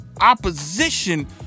opposition